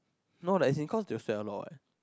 no like as in like cause they will fail a lot [what]